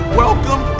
welcome